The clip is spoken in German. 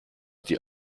die